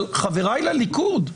אבל חבריי לליכוד,